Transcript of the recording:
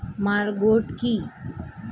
Maggot কি?